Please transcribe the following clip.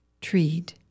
treed